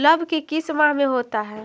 लव की किस माह में होता है?